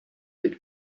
route